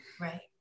Right